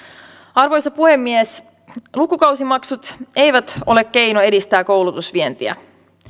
arvoisa puhemies lukukausimaksut eivät ole keino edistää koulutusvientiä